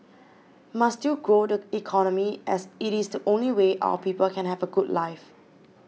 must still grow the economy as it is the only way our people can have a good life